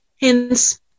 Hence